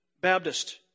Baptist